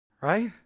right